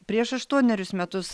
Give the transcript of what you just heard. prieš aštuonerius metus